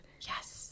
Yes